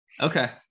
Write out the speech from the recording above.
Okay